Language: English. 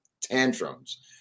Tantrums